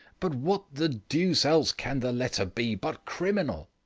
but what the deuce else can the letter be but criminal?